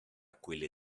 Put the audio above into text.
quelle